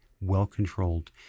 well-controlled